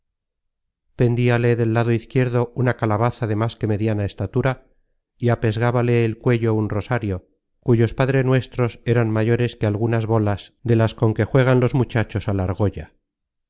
pendíale del lado izquierdo una calabaza de más que mediana estatura y apesgabale el cuello un rosario cuyos padrenuestros eran mayores que algunas bolas de las con que juegan los muchachos al argolla